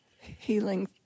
Healing